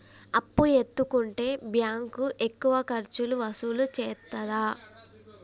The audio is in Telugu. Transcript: అప్పు ఎత్తుకుంటే బ్యాంకు ఎక్కువ ఖర్చులు వసూలు చేత్తదా?